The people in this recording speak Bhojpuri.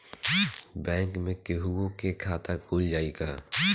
बैंक में केहूओ के खाता खुल जाई का?